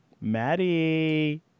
Maddie